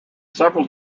several